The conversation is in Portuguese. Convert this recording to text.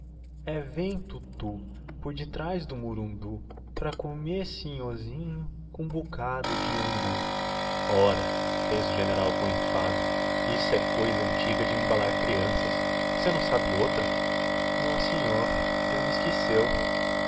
vem tutu por detrás do murundu pra cumê sinhozinho cum bucado de angu ora fez o general com enfado isso é cousa antiga de embalar crianças você não sabe outra não sinhô já mi esqueceu